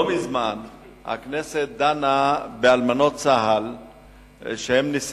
לא מזמן דנה הכנסת באלמנות צה"ל שנישאות.